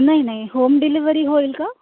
नाही नाही home delivery होईल का